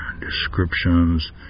descriptions